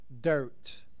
dirt